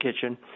Kitchen